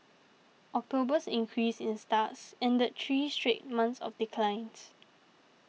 October's increase in starts ended three straight months of declines